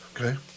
Okay